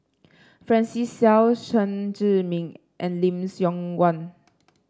Francis Seow Chen Zhiming and Lim Siong Guan